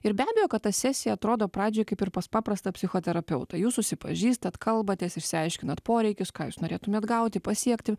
ir be abejo kad ta sesija atrodo pradžioj kaip ir pas paprastą psichoterapeutą jūs susipažįstat kalbatės išsiaiškinat poreikius ką jūs norėtumėt gauti pasiekti